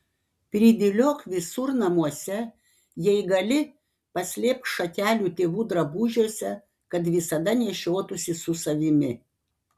pridėliok visur namuose jei gali paslėpk šakelių tėvų drabužiuose kad visada nešiotųsi su savimi